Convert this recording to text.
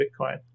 Bitcoin